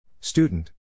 Student